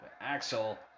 Axel